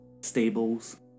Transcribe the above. stables